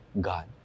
God